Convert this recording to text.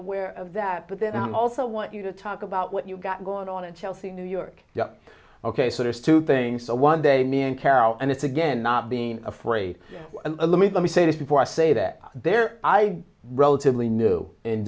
aware of that but then i also want you to talk about what you've got going on in chelsea new york ok so there's two things one day me and carol and it's again not being afraid to let me let me say this before i say that there i relatively new and